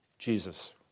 Jesus